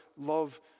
love